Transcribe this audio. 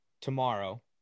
tomorrow